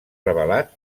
revelat